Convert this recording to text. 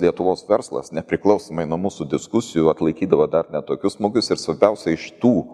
lietuvos verslas nepriklausomai nuo mūsų diskusijų atlaikydavo dar ne tokius smūgius ir svarbiausia iš tų